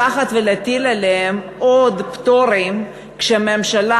לקחת ולהטיל עליהם עוד פטורים כשהממשלה